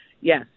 yes